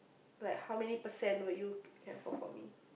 like how many percent will you fall for me